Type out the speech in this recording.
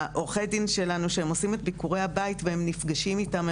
עורכי הדין שלנו שהם עושים את ביקורי הבית והם נפגשים איתם,